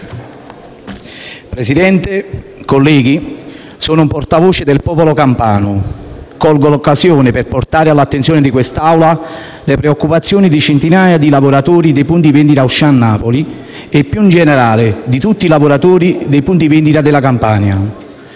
Presidente, colleghi, sono un portavoce del popolo campano. Colgo l’occasione per portare all’attenzione di quest’Aula le preoccupazioni di centinaia di lavoratori dei punti vendita Auchan Napoli e, più in generale, di tutti i lavoratori dei punti vendita della Campania.